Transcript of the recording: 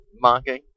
mocking